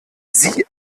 sie